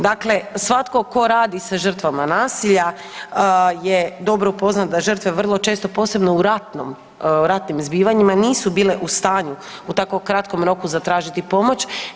Dakle, svatko tko radi sa žrtvama nasilja je dobro upoznat da žrtve vrlo često posebno u ratnom, ratnim zbivanjima nisu bile u stanju u tako kratkom roku zatražiti pomoć.